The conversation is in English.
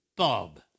Bob